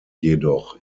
jedoch